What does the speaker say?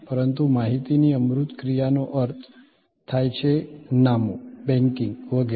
પરંતુ માહિતીની અમૂર્ત ક્રિયાનો અર્થ થાય છે નામું બેંકિંગ વગેરે